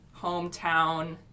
hometown